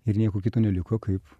ir nieko kito neliko kaip